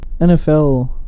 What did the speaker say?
NFL